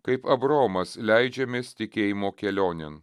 kaip abraomas leidžiamės tikėjimo kelionėn